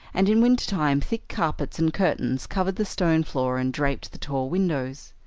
and in wintertime thick carpets and curtains covered the stone floor and draped the tall windows.